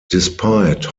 despite